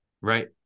Right